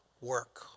work